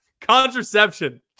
Contraception